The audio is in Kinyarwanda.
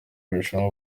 ubushinwa